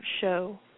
show